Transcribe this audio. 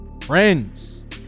friends